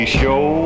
show